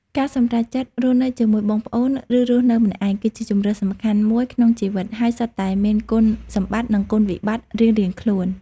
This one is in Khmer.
ការសម្រេចចិត្តរស់នៅជាមួយបងប្អូន ឬរស់នៅម្នាក់ឯង គឺជាជម្រើសសំខាន់មួយក្នុងជីវិត ហើយសុទ្ធតែមានគុណសម្បត្តិ និងគុណវិបត្តិរៀងៗខ្លួន។